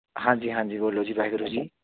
ਹਾਂਜੀ ਹਾਂਜੀ ਬੋਲੋ ਜੀ ਵਾਹਿਗੁਰੂ ਜੀ